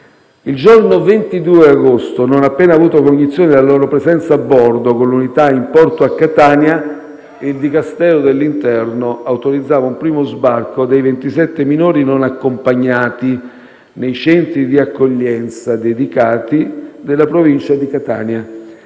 Il giorno 22 agosto, non appena avuto cognizione della loro presenza a bordo, con l'unità in porto a Catania, il Dicastero dell'interno autorizzava un primo sbarco dei 27 minori non accompagnati nei centri di accoglienza dedicati della provincia di Catania,